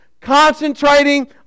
concentrating